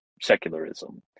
secularism